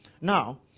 Now